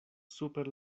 super